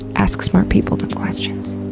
ask smart people dumb questions.